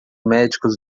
médicos